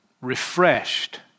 refreshed